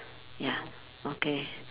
ya okay